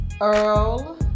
Earl